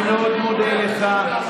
אני מאוד מודה לך.